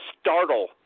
startle